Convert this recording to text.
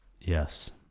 Yes